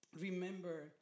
remember